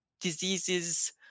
diseases